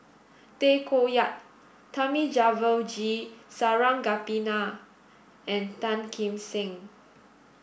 Tay Koh Yat Thamizhavel G Sarangapani and Tan Kim Seng